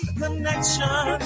connection